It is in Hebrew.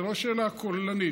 זאת לא שאלה כוללנית.